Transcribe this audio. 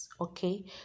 Okay